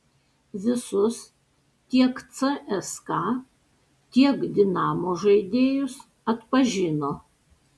visus tiek cska tiek dinamo žaidėjus atpažino